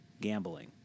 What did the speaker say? gambling